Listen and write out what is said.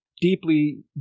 deeply